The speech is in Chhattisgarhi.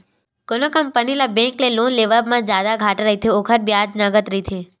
कोनो कंपनी ल बेंक ले लोन लेवब म जादा घाटा रहिथे, ओखर बियाज नँगत रहिथे